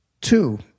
two